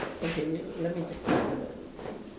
okay wait just let me put the the